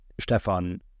Stefan